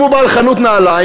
אם הוא בעל חנות נעליים,